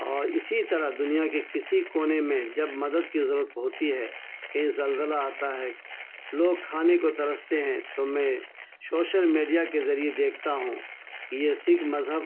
اور اسی طرح دنیا کے کسی کونے میں جب مدد کی ضرورت ہوتی ہے کہیں زلزلہ آتا ہے لوگ کھانے کو ترستے ہیں تو میں شوشل میڈیا کے ذریعے دیکھتا ہوں کہ یہ سکھ مذہب